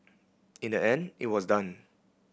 in the end it was done